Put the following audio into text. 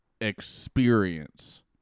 experience